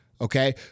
okay